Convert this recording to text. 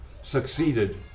succeeded